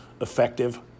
effective